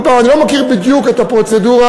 אני לא מכיר בדיוק את הפרוצדורה.